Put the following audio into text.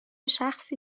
شخصی